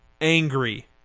angry